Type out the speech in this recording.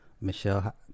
Michelle